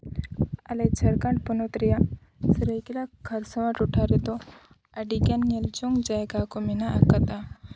ᱟᱞᱮ ᱡᱷᱟᱲᱠᱷᱚᱸᱰ ᱯᱚᱱᱚᱛ ᱨᱮᱭᱟᱜ ᱥᱟᱹᱨᱟᱹᱭᱠᱮᱞᱞᱟ ᱠᱷᱟᱨᱥᱟᱣᱟ ᱴᱚᱴᱷᱟ ᱨᱮᱫᱚ ᱟᱹᱰᱤᱜᱟᱱ ᱧᱮᱞ ᱡᱚᱝ ᱡᱟᱭᱜᱟ ᱠᱚ ᱢᱮᱱᱟᱜ ᱟᱠᱟᱫᱟ